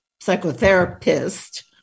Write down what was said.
psychotherapist